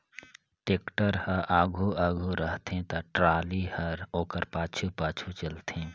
tractor हर आघु आघु रहथे ता टराली हर ओकर पाछू पाछु चलथे